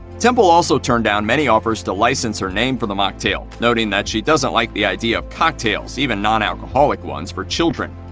temple also turned down many offers to license her name for the mocktail, noting that she doesn't like the idea of cocktails, even non-alcoholic ones, for children.